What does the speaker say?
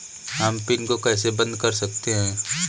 हम पिन को कैसे बंद कर सकते हैं?